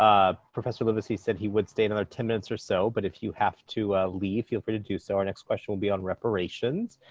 professor livesay said he would stay another ten minutes or so but if you have to leave, feel free to do so. our next question will be on reparations.